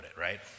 right